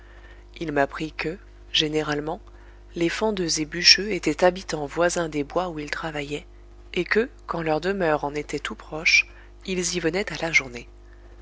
il m'apprit que généralement les fendeux et bûcheux étaient habitants voisins des bois où ils travaillaient et que quand leurs demeures en étaient tout proche ils y venaient à la journée